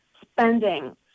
spending